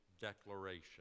declaration